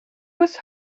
was